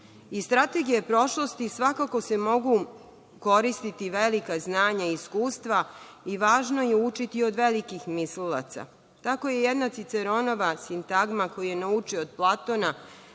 Iz strategije prošlosti svakako se mogu koristiti velika znanja i iskustva i važno je učiti od velikih mislilaca. Tako je jedna Ciceronova sintagma, koju je naučio od Platona,